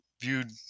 viewed